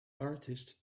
artist